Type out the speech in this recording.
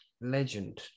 legend